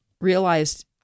realized